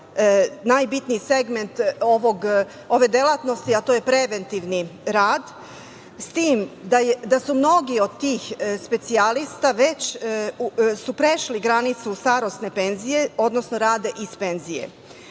najbitniji segment ove delatnosti, a to je preventivni rad, s tim, da su mnogi od tih specijalista već su prešli granicu starosne penzije, odnosno rada iz penzije.